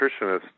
nutritionist